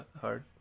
hard